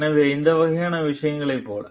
எனவே இந்த வகை விஷயங்களைப் போல